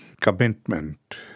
commitment